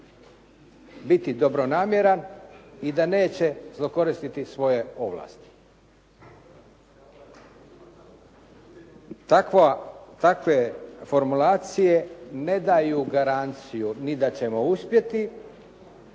biti dobronamjeran i da neće zlokoristiti svoje ovlasti. Takve formulacije ne daju garanciju ni da ćemo uspjeti,